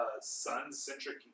sun-centric